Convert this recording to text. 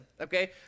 okay